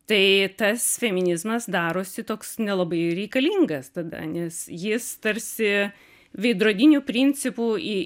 tai tas feminizmas darosi toks nelabai ir reikalingas tada nes jis tarsi veidrodiniu principu į